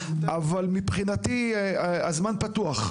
אבל מבחינתי הזמן פתוח.